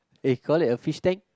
they call it a fish tank